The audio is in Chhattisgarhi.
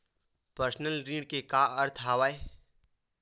पर्सनल ऋण के का अर्थ हवय?